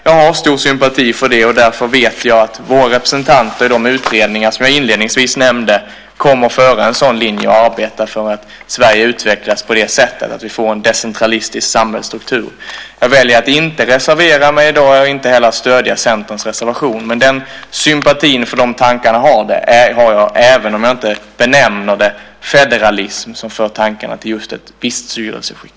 Jag har stor sympati för det, och jag vet att våra representanter i de utredningar som jag inledningsvis nämnde kommer att föra en sådan linje och arbeta för att Sverige utvecklas på ett sådant sätt att vi får en decentralistisk samhällsstruktur. Jag väljer i dag att inte reservera mig och inte heller stödja Centerns reservation, men sympati för tankarna i den har jag även om jag inte benämner dem federalism, som för tankarna till ett visst styrelseskick.